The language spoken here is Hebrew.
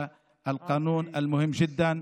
אנחנו מברכים את אנשינו על החוק החשוב מאוד הזה.